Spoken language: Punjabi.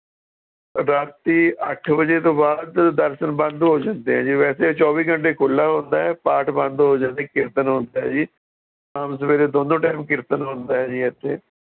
ਰਾਤ ਅੱਠ ਵਜੇ ਤੋਂ ਬਾਅਦ ਦਰਸ਼ਨ ਬੰਦ ਹੋ ਜਾਂਦੇ ਹੈ ਜੀ ਵੈਸੇ ਚੌਵੀ ਘੰਟੇ ਖੁੱਲਾ ਹੁੰਦਾ ਹੈ ਪਾਠ ਬੰਦ ਹੋ ਜਾਂਦਾ ਕੀਰਤਨ ਹੁੰਦਾ ਹੈ ਜੀ ਸ਼ਾਮ ਸਵੇਰੇ ਦੋਨੋਂ ਟਾਈਮ ਕੀਰਤਨ ਹੁੰਦਾ ਹੈ ਜੀ ਇੱਥੇ